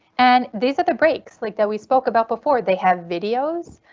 and these are the breaks like that we spoke about before. they have videos.